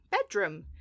bedroom